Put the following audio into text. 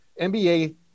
NBA